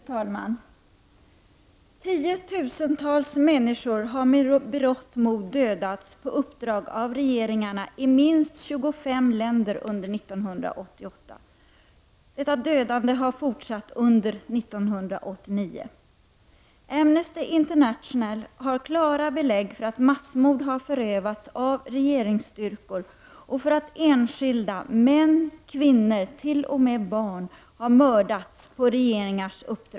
Fru talman! Tiotusentals människor har med berått mod dödats på uppdrag av regeringarna i minst 25 länder under 1988. Detta dödande har fortsatt under 1989. Amnesty International har klara belägg för att massmord har förövats av regeringsstyrkor och för att enskilda män, kvinnor och t.o.m. barn har mördats på regeringars uppdrag.